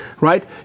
right